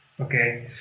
Okay